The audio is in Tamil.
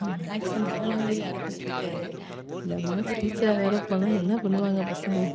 மேக்ஸு நல்ல நாள்லே யாருக்கும் பிடிக்காது இதில் மேக்ஸ் டீச்சராக வேற போனால் என்ன பண்ணுவாங்க பசங்கள்